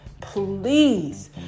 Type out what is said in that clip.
Please